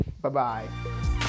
bye-bye